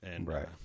Right